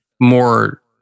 more